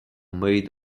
made